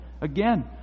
Again